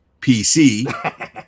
PC